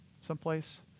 someplace